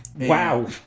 Wow